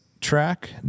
track